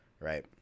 right